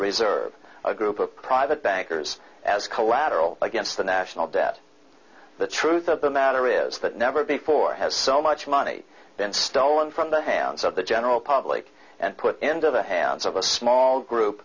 reserve a group of private bankers as collateral against the national debt the truth of the matter is that never before has so much money been stolen from the hands of the general public and put into the hands of a small group